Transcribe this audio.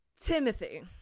Timothy